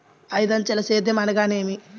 ఐదంచెల సేద్యం అనగా నేమి?